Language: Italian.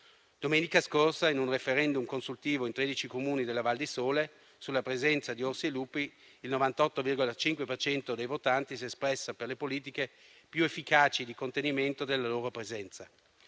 Domenica scorsa, in un *referendum* consultivo in tredici Comuni della Val di Sole sulla presenza di orsi lupi, il 98,5 per cento dei votanti si è espressa per le politiche più efficaci di contenimento della loro presenza.